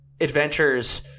adventures